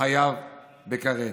חייב בכרת.